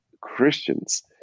Christians